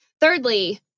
Thirdly